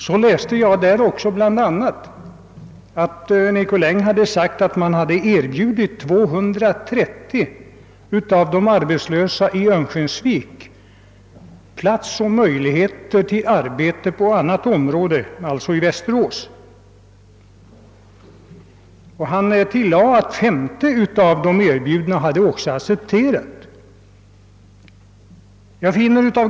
Jag läste där bl.a. att Nicolin hade sagt, att man erbjudit 230 av de arbetslösa i Örnsköldsvik plats och möjligheter till arbete i Västerås. Han tillade att 50 av dem som fått erbjudande hade accepterat.